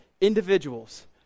individuals